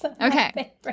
Okay